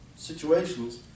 Situations